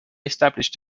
established